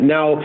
Now